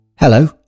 Hello